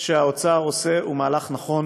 שהאוצר עושה הוא מהלך נכון.